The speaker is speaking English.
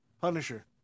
Punisher